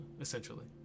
essentially